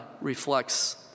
reflects